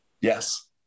Yes